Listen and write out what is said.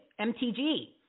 MTG